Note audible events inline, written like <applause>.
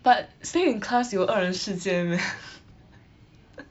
but stay in class will 二人世界 meh <breath> <noise>